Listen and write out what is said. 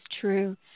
true